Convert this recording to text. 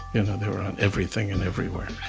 and they were on everything and everywhere,